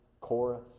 chorus